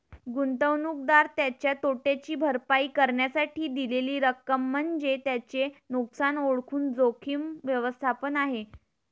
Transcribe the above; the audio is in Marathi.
गुंतवणूकदार त्याच्या तोट्याची भरपाई करण्यासाठी दिलेली रक्कम म्हणजे त्याचे नुकसान ओळखून जोखीम व्यवस्थापन आहे